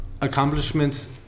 accomplishments